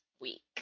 week